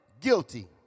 Guilty